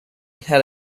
had